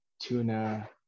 tuna